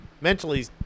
mentally